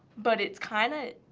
but it's kinda